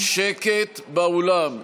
אני מבקש שקט באולם.